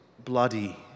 Bloody